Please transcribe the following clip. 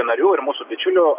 narių ir mūsų bičiulių